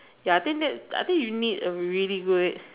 ya I think that I think you need a really good